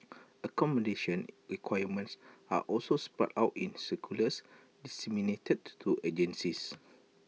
accommodation requirements are also spelt out in circulars disseminated to agencies